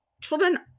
children